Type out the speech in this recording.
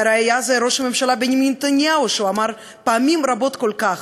והראיה היא ראש הממשלה בנימין נתניהו שאמר פעמים רבות כל כך,